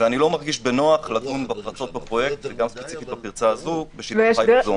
אני לא מרגיש נוח לדון בפרצות בפרויקט וספציפית בזו בישיבת זום.